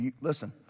listen